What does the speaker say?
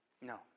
no